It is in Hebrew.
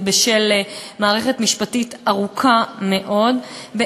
בשל דרך ארוכה מאוד במערכת המשפטית,